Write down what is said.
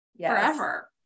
forever